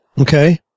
Okay